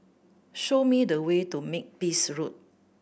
show me the way to Makepeace Road